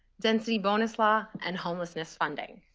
density bonus law, and homelessness funding.